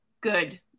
good